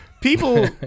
people